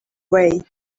way